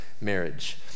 marriage